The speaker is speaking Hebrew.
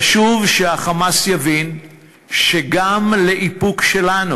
חשוב שה"חמאס" יבין שגם לאיפוק שלנו